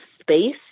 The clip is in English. space